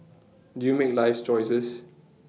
do you make life's choices